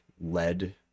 lead